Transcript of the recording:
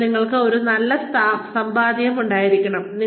അതിനാൽ നിങ്ങൾക്ക് ഒരു നല്ല സമ്പാദ്യം ഉണ്ടായിരിക്കണം